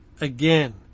again